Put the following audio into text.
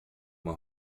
uma